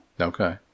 Okay